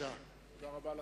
תודה רבה, תודה רבה לכם,